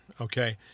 okay